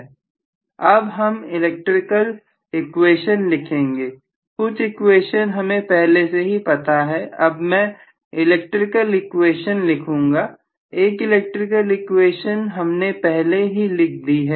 अब हम electrical equations लिखेंगे कुछ इक्वेशंस हमें पहले से ही पता है अब मैं इलेक्ट्रिकल इक्वेशन लिखूंगा एक इलेक्ट्रिकल इक्वेशन हमने पहले ही लिख दी है